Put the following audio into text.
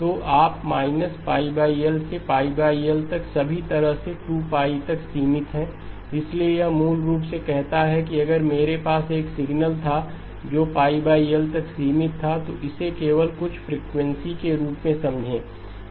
तो आप −π L से L तक सभी तरह से 2 π तक सीमित हैं इसलिए यह मूल रूप से कहता है कि अगर मेरे पास एक सिग्नल था जो π L तक सीमित था तो इसे केवल कुछ फ्रीक्वेंसी के रूप में समझें